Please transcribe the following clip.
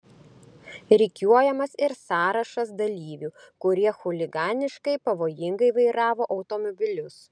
rikiuojamas ir sąrašas dalyvių kurie chuliganiškai pavojingai vairavo automobilius